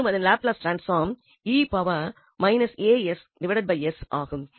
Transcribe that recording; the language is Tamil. மேலும் அதன் லாப்லஸ் டிரான்ஸ்பாம் ஆகும்